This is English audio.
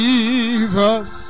Jesus